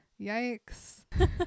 Yikes